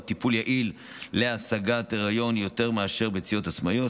טיפול יעיל להשגת היריון יותר מאשר ביציות עצמאיות.